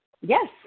Yes